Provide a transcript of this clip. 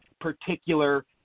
particular